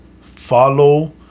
follow